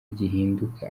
gihinduka